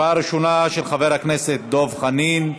הצבעה ראשונה על הצעת חבר הכנסת דב חנין.